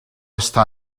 està